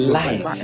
life